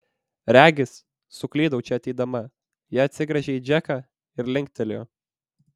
regis suklydau čia ateidama ji atsigręžė į džeką ir linktelėjo